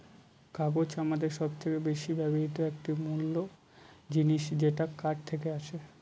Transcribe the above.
কাগজ আমাদের সবচেয়ে বেশি ব্যবহৃত একটি মূল জিনিস যেটা কাঠ থেকে আসে